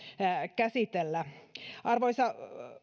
käsitellä arvoisa